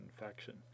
infection